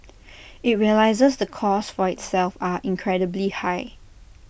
IT realises the costs for itself are incredibly high